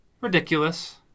Ridiculous